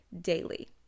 daily